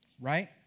right